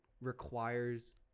requires